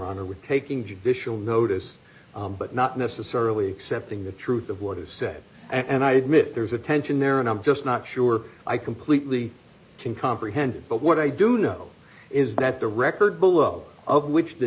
honor with taking judicial notice but not necessarily except in the truth of what is said and i admit there's a tension there and i'm just not sure i completely can comprehend but what i do know is that the record below of which the